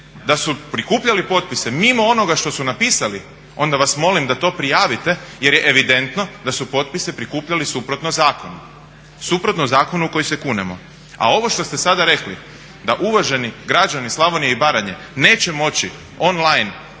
da su prikupljali potpise mimo onoga što su napisali onda vas molim da to prijavite jer je evidentno da su potpise prikupljali suprotno zakonu u koji se kunemo. A ovo što ste sada rekli da uvaženi građani Slavonije i Baranje neće moći online